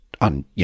on